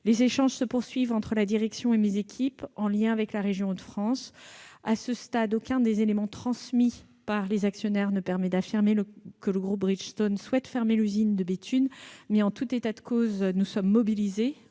Les échanges se poursuivent entre la direction et mes équipes, en liaison avec la région Hauts-de-France. À ce stade, aucun des éléments transmis par les actionnaires ne permet d'affirmer que le groupe Bridgestone souhaite fermer l'usine de Béthune. En tout état de cause, nous sommes mobilisés